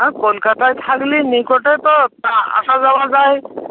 হ্যাঁ কলকাতায় থাকলে নিকটে তো তা আসা যাওয়া যায়